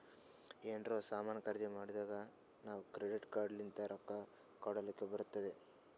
ಎನಾರೇ ಸಾಮಾನ್ ಖರ್ದಿ ಮಾಡ್ದಾಗ್ ನಾವ್ ಕ್ರೆಡಿಟ್ ಕಾರ್ಡ್ ಲಿಂತ್ ರೊಕ್ಕಾ ಕೊಡ್ಲಕ್ ಬರ್ತುದ್